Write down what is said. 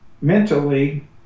mentally